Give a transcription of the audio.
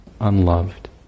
unloved